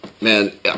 man